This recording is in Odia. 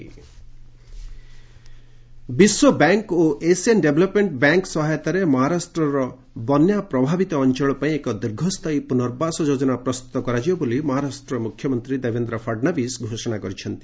ମହା ସିଏମ୍ ଫ୍ଲଡ୍ ବିଶ୍ୱବ୍ୟାଙ୍କ୍ ଓ ଏସିଆନ୍ ଡେଭଲ୍ପ୍ମେଣ୍ଟ ବ୍ୟାଙ୍କ୍ ସହାୟତାରେ ମହାରାଷ୍ଟ୍ରର ବନ୍ୟା ପ୍ରଭାବିତ ଅଞ୍ଚଳ ପାଇଁ ଏକ ଦୀର୍ଘସ୍ଥାୟୀ ପ୍ରନର୍ବାସ ଯୋଜନା ପ୍ରସ୍ତୁତ କରାଯିବ ବୋଲି ମହାରାଷ୍ଟ୍ର ମୁଖ୍ୟମନ୍ତ୍ରୀ ଦେବେନ୍ଦ୍ର ଫଡ୍ନବୀସ୍ ଘୋଷଣା କରିଛନ୍ତି